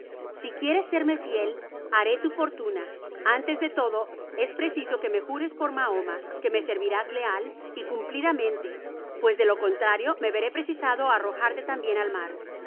si quieres serme fiel haré tu fortuna antes de todo es preciso que me jures por mahoma que me servirás leal y cumplidamente pues de lo contrario me veré precisado á arrojarte tambien al mar